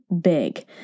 big